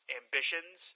ambitions